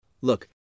Look